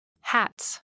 Hats